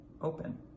open